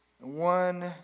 one